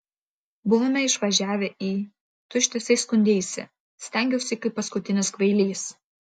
buvome išvažiavę į tu ištisai skundeisi stengiausi kaip paskutinis kvailys